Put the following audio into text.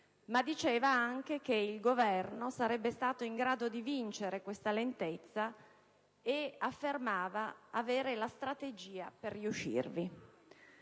diceva altresì che il Governo sarebbe stato in grado di vincere questo nemico e affermava avere la strategia per riuscirvi.